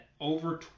over